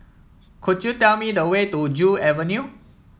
could you tell me the way to Joo Avenue